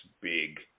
big